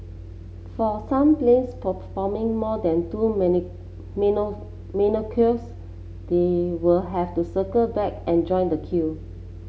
for some planes performing more than two they will have to circle back and join the queue